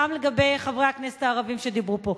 גם לגבי חברי הכנסת הערבים שדיברו פה,